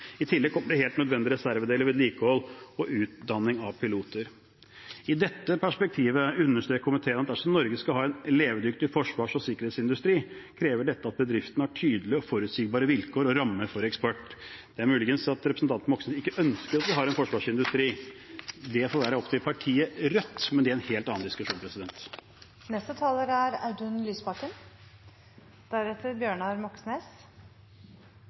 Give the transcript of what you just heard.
I tillegg kommer leveranser av helt nødvendige reservedeler, og vedlikehold og utdanning av piloter. I dette perspektivet understreker komiteen at dersom Norge skal ha en levedyktig forsvars- og sikkerhetsindustri, krever dette at bedriftene har tydelige og forutsigbare vilkår og rammer for eksport. Det er mulig at representanten Moxnes ikke ønsker at vi har en forsvarsindustri. Det får være opp til partiet Rødt, men det er en helt annen diskusjon.